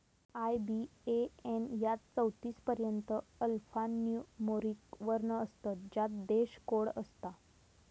IBAN यात चौतीस पर्यंत अल्फान्यूमोरिक वर्ण असतत ज्यात देश कोड असता